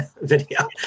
video